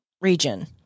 region